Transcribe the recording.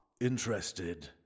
Interested